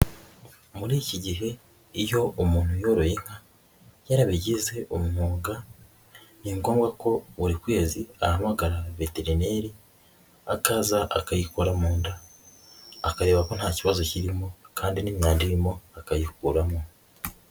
Muri iki gihe iyo umuntu yoroye inka yarabigize umwuga, ni ngombwa ko buri kwezi ahamagara veterineri akaza akayikora mu nda, akareba ko nta kibazo kirimo kandi n'imyanda irimo akayikuramo.